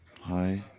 hi